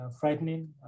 frightening